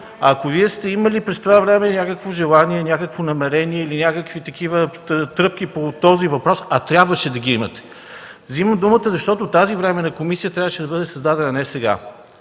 Ако сте имали през това време някакви желания, намерения или тръпки по този въпрос, трябваше да ги имате. Вземам думата, защото тази временна комисия трябваше да бъде създадена не сега,